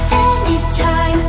anytime